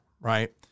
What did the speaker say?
right